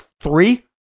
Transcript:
three